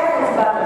איך הצבעת?